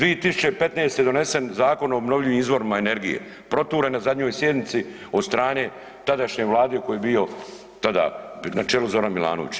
2015. donesen Zakon o obnovljivim izvorima energije, proturen na zadnjoj sjednici od strane tadašnje Vlade u kojoj je bio tada na čelu Zoran Milanović.